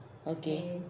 okay